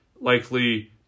likely